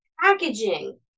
packaging